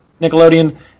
nickelodeon